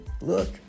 look